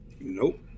Nope